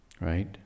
Right